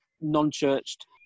non-churched